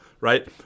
Right